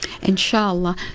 Inshallah